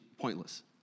pointless